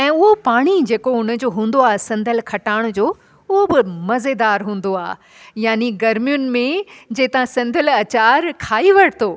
ऐं उहो पाणी जेको उनजो हूंदो आहे सधंयल खटाण जो उहो बि मज़ेदार हूंदो आहे यानि गर्मियुनि में जे तव्हां सधंयल अचार खाई वरितो